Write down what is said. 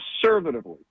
Conservatively